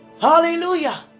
Hallelujah